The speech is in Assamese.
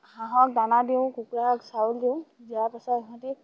হাঁহক দানা দিওঁ কুকুৰাক চাউল দিওঁ দিয়াৰ পাছত সিহঁতি